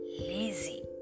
lazy